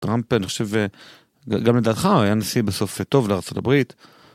טראמפ, אני חושב, גם לדעתך, הוא היה נשיא בסוף טוב לארה״ב.